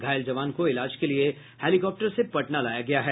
घायल जवान को इलाज के लिये हेलीकाप्टर से पटना लाया गया है